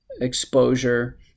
exposure